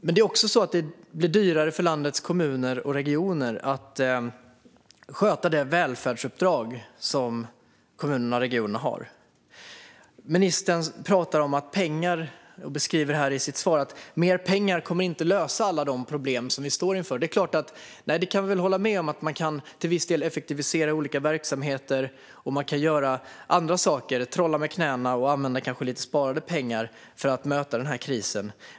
Det blir också dyrare för landets kommuner och regioner att sköta det välfärdsuppdrag de har. Ministern säger i sitt svar att mer pengar inte kommer att lösa alla de problem som vi står inför. Jag kan hålla med om att man till viss del kan effektivisera olika verksamheter och göra andra saker - trolla med knäna och kanske använda lite sparade pengar - för att möta denna kris.